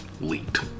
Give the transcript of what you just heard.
leaked